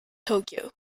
tokyo